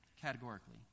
categorically